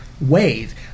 wave